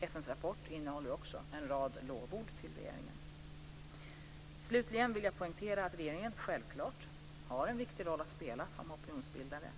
FN:s rapport innehåller också en rad lovord till regeringen. Slutligen vill jag poängtera att regeringen självklart har en viktig roll att spela som opinionsbildare.